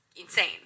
insane